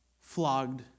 flogged